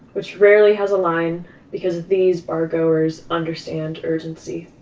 which rarely has a line because these bar-goers understand urgency.